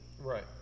Right